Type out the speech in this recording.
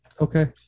okay